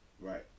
Right